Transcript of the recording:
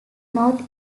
north